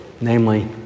namely